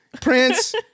Prince